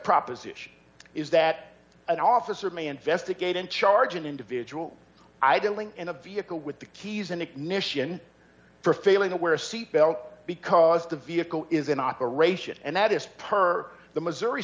proposition is that an officer may investigate and charge an individual idling in a vehicle with the keys in ignition for failing to wear a seat belt because the vehicle is in operation and that is per the missouri